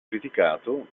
criticato